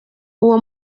uwo